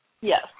Yes